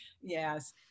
Yes